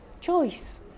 choice